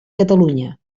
catalunya